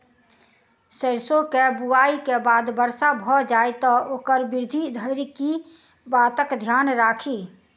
सैरसो केँ बुआई केँ बाद वर्षा भऽ जाय तऽ ओकर वृद्धि धरि की बातक ध्यान राखि?